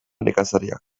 nekazariak